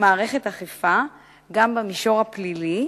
מערכת אכיפה גם במישור הפלילי,